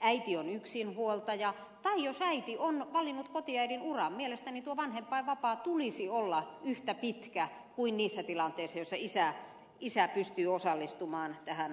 äiti on yksinhuoltaja tai jos äiti on valinnut kotiäidin uran mielestäni tuon vanhempainvapaan tulisi olla yhtä pitkä kuin niissä tilanteissa joissa isä pystyy osallistumaan tähän vauvanhoitoon